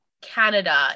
canada